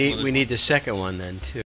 need we need the second one then to